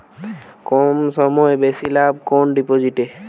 কম সময়ে বেশি লাভ কোন ডিপোজিটে?